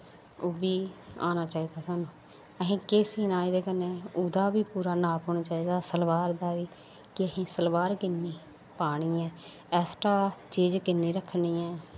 ओह् बी आना चाहिदा सानूं असें केह् सीना एह्दे कन्नै ओह्दा बी पूरा नाप होना चाहिदा सलवार दा बी कि असें सलवार किन्नी पानी ऐ ऐक्सट्रा चीज़ किन्नी रक्खनी ऐ